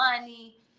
money